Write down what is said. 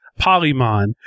Polymon